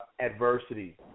adversity